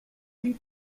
lui